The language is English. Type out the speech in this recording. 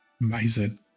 Amazing